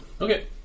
Okay